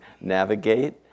navigate